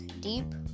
deep